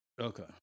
Okay